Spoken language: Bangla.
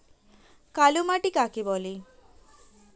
কালোমাটি কাকে বলে?